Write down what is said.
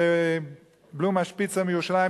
בלומה שפיצר מירושלים,